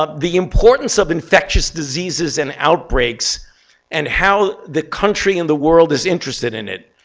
ah the importance of infectious diseases and outbreaks and how the country in the world is interested in it.